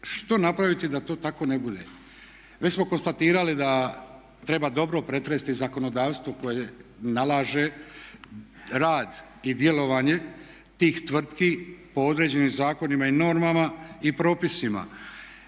što napraviti da to tako ne bude? Već smo konstatirali da treba dobro pretresti zakonodavstvo koje nalaže rad i djelovanje tih tvrtki po određenim zakonima i normama i propisima,